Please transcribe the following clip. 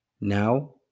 now